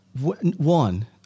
One